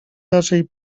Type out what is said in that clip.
raczej